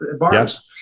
bars